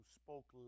spoke